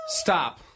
Stop